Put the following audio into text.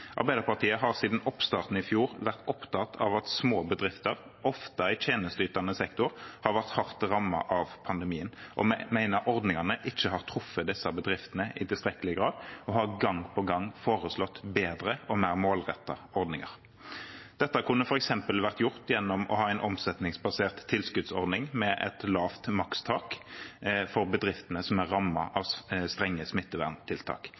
Arbeiderpartiet har siden oppstarten i fjor vært opptatt av at små bedrifter, ofte i tjenesteytende sektor, har vært hardt rammet av pandemien. Vi mener ordningene ikke har truffet disse bedriftene i tilstrekkelig grad, og har gang på gang foreslått bedre og mer målrettede ordninger. Dette kunne f.eks. vært gjort gjennom å ha en omsetningsbasert tilskuddsordning med et lavt makstak for bedriftene som er rammet av strenge smitteverntiltak.